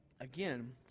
Again